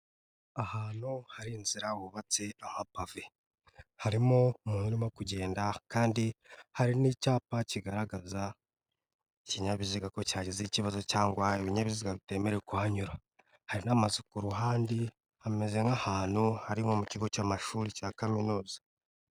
Ahantu hari inzira hubatse amapave. Harimo umuntu urimo kugenda kandi hari n'icyapa kigaragaza ikinyabiziga ko cyagize ikibazo cyangwa ibinyabiziga bitemerewe kuhanyura. Hari n'amazu ku ruhande, hameze nk'ahantu hari nko mu kigo cy'amashuri cya kaminuza.